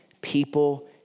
people